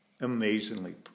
Amazingly